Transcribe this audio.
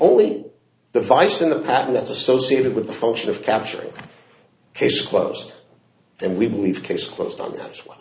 only the vice in the pattern that's associated with the function of capturing case closed and we believe case closed on that one